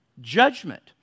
judgment